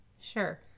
Sure